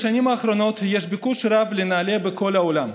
בשנים האחרונות יש ביקוש רב לנעל"ה בכל העולם,